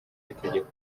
w’itegeko